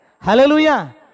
Hallelujah